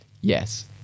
Yes